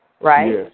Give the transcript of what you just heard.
Right